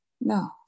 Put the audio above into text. no